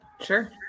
Sure